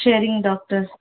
சரிங்க டாக்டர்